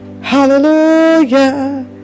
Hallelujah